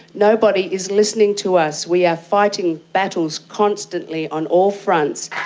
nobody is listening to us. we are fighting battles constantly on all fronts.